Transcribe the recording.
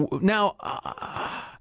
now